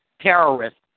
terrorists